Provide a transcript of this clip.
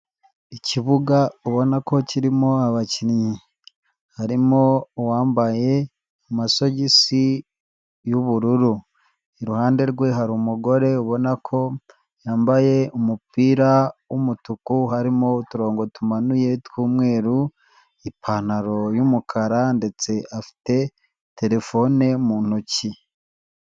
Ikibuga ubona ko kirimo abakinnyi, harimo uwambaye amasogisi y'ubururu iruhande rwe hari umugore ubona ko yambaye umupira w'umutuku, harimo uturongo tumanuye tw'umweru ipantaro y'umukara ndetse afite telefone mu ntoki.